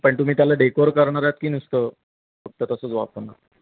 पण तुम्ही त्याला डेकोअर करणारात की नुसतं फक्त तसंच वापरणार